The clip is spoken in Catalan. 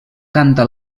canta